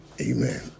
amen